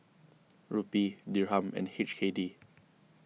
Rupee Dirham and H K D